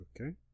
Okay